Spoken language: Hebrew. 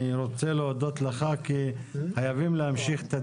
אני רוצה להודות לך, כי חייבים להמשיך את הדיון.